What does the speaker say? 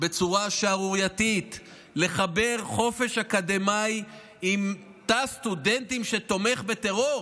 בצורה שערורייתית לחבר חופש אקדמי עם תא סטודנטים שתומך בטרור,